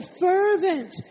fervent